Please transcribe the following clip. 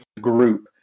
group